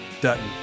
Dutton